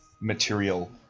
material